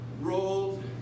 rolled